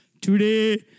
Today